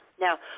Now